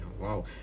wow